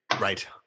right